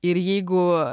ir jeigu